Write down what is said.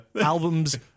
Albums